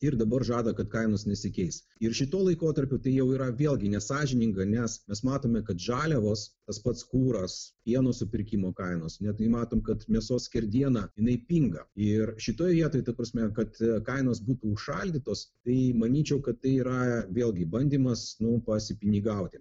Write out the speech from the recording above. ir dabar žada kad kainos nesikeis ir šituo laikotarpiu tai jau yra vėlgi nesąžininga nes mes matome kad žaliavos tas pats kuras pieno supirkimo kainos ne tai matome kad mėsos skerdiena jinai pinga ir šitoj vietoj ta prasme kad kainos būtų užšaldytos tai manyčiau kad tai yra vėlgi bandymas nu pasipinigauti